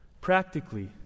Practically